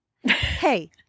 hey